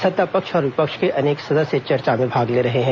सत्ता पक्ष और विपक्ष के अनेक सदस्य चर्चा में भाग ले रहे हैं